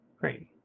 Great